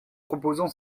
proposons